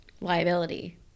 liability